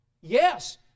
Yes